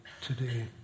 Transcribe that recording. today